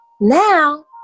Now